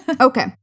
Okay